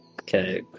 Okay